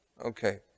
Okay